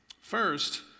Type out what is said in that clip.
First